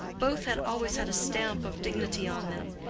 both had always had a stamp of dignity on them.